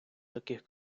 таких